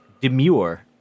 demure